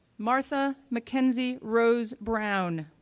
martha mackenzie rose brown,